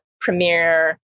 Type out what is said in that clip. premiere